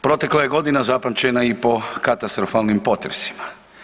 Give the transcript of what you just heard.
Protekla je godina zapamćena i po katastrofalnim potresima.